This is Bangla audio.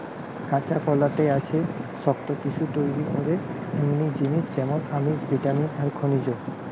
কাঁচকলাতে আছে শক্ত টিস্যু তইরি করে এমনি জিনিস যেমন আমিষ, ভিটামিন আর খনিজ